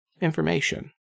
Information